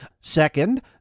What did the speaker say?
Second